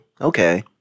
okay